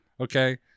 okay